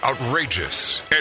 outrageous